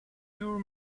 pure